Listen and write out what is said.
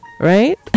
right